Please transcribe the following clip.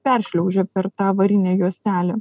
peršliaužia per tą varinę juostelę